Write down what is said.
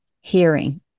hearing